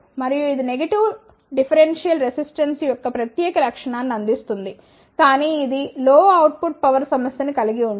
మరియు ఇది negative differential resistance యొక్క ప్రత్యేక లక్షణాన్ని అందిస్తుంది కానీ ఇది లో అవుట్ పుట్ పవర్ సమస్య ని కలిగివుంటుంది